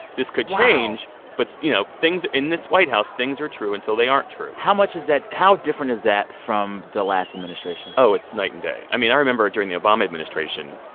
this could change wow but, you know, things in this white house, things are true until they aren't true how much is that how different is that from the last administration? oh, it's night and day. i mean, i remember during the obama administration,